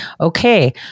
Okay